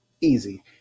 easy